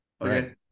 Okay